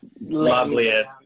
loveliest